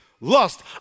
Lust